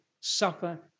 suffer